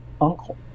uncle